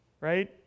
Right